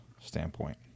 standpoint